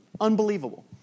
Unbelievable